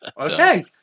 Okay